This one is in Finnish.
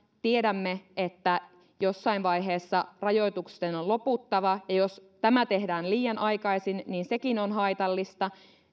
tiedämme että jossain vaiheessa rajoitusten on loputtava ja jos tämä tehdään liian aikaisin niin sekin on haitallista